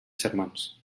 germans